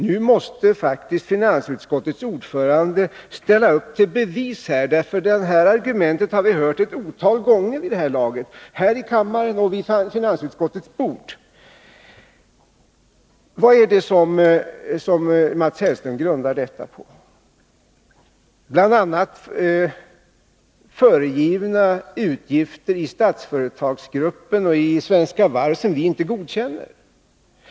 Nu måste faktiskt finansutskottets ordförande ställa upp till bevis, för det argumentet har vi hört ett otal gånger vid det här laget, både här i kammaren och vid finansutskottets bord. På vad grundar Mats Hellström detta? Han hänvisar bl.a. till föregivna utgifter i Statsföretagsgruppen och i Svenska Varv, som vi inte godkänner.